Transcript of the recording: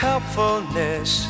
Helpfulness